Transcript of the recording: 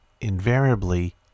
invariably